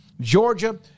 Georgia